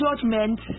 judgment